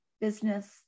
business